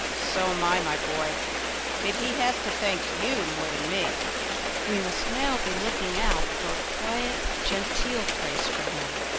so am i, my boy but he has to thank you more than me we must now be looking out for a quiet, genteel place for him,